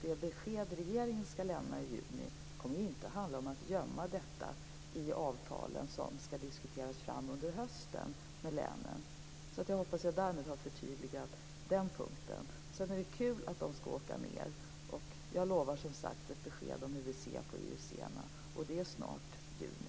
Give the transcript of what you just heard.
Det besked som regeringen skall lämna i juni kommer alltså inte att handla om att gömma detta i de avtal som skall diskuteras fram med länen under hösten. Jag hoppas att jag därmed har förtydligat mig på den punkten. Det är roligt att man skall åka ned till Tyskland. Jag lovar som sagt ett snart besked om hur vi ser på IUC:na, i juni.